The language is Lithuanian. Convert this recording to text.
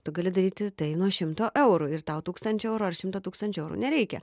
tu gali daryti tai nuo šimto eurų ir tau tūkstančio eurų ar šimta tūkstančių eurų nereikia